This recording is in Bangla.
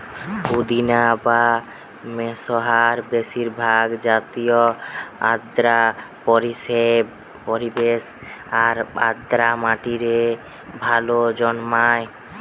পুদিনা বা মেন্থার বেশিরভাগ জাতিই আর্দ্র পরিবেশ আর আর্দ্র মাটিরে ভালা জন্মায়